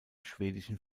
schwedischen